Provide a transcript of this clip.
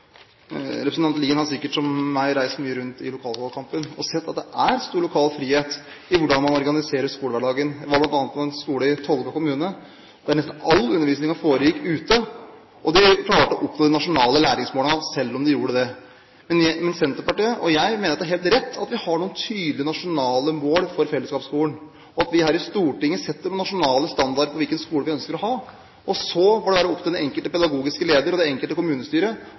Representanten Lien har sikkert, som jeg, reist mye rundt under lokalvalgkampen og sett at det er stor lokal frihet i hvordan man organiserer skolehverdagen. Jeg var bl.a. på en skole i Tolga kommune der nesten all undervisning foregikk ute, og de klarte å nå de nasjonale læringsmålene, selv om den gjorde det. Senterpartiet – og jeg – mener at det er helt rett at vi har noen tydelige nasjonale mål for fellesskapsskolen, og at vi her i Stortinget setter noen nasjonale standarder for hvilken skole vi ønsker å ha. Så får det være opp til den enkelte pedagogiske leder og det enkelte kommunestyre